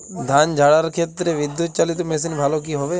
ধান ঝারার ক্ষেত্রে বিদুৎচালীত মেশিন ভালো কি হবে?